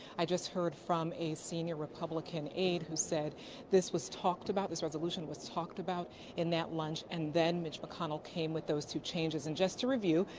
i just heard from a senior republican aide who said this was talked about. this revolution was talked about in that lunch and then mitch mcconnell came with those two changes. and just to review.